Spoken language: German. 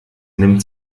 nimmt